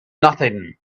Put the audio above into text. nothing